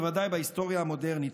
בוודאי בהיסטוריה המודרנית,